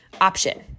option